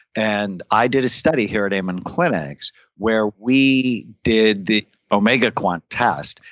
and i did a study here at amen clinics where we did the omega quant test.